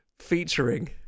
featuring